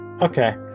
Okay